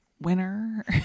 winner